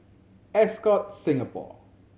Ascott Singapore